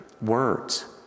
words